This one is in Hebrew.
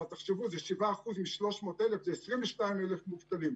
אבל תקשיבו זה 7% מ-300,000 זה 22,000 מובטלים.